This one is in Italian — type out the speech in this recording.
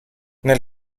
nel